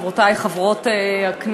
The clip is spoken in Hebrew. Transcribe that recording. חברותי חברות הכנסת,